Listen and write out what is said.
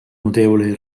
notevole